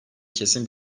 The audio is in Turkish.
kesin